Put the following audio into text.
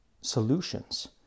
solutions